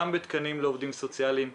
גם תקנים לעובדים סוציאליים,